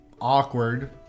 awkward